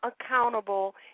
accountable